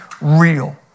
real